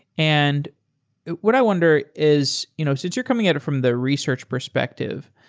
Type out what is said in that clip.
and what i wonder is you know since you're coming at it from the research perspective,